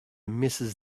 mrs